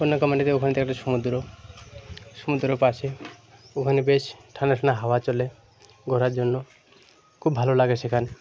কন্যাকুমারী থেকে ওখান থেকে একটা সমুদ্র সমুদ্র পাশে ওখানে বেশ ঠান্ডা ঠান্ডা হাওয়া চলে ঘোরার জন্য খুব ভালো লাগে সেখানে